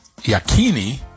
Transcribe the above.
Yakini